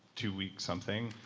two week something?